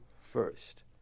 first